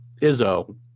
Izzo